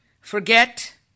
forget